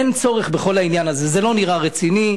אין צורך בכל העניין הזה, זה לא נראה רציני.